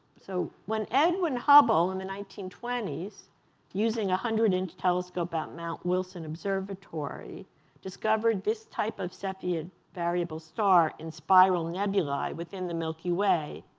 so when edwin hubble in the nineteen twenty s using a one hundred inch telescope at mt. wilson observatory discovered this type of cepheid variable star in spiral nebulae within the milky way,